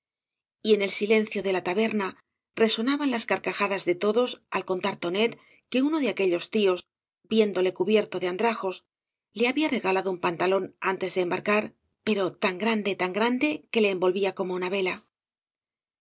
y en el silencio de la taberna resonaban las carcajadas de todos al contar tonet que uno de aquellos tíos viéndole cubierto de andrajos le había regalado un pantalón antes de embarcar pero tan grande tan grande que le envolvía como una vela